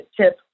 tip